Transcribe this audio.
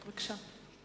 בבקשה.